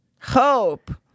Hope